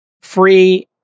free